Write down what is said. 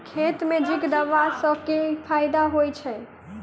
खेत मे जिंक देबा सँ केँ फायदा होइ छैय?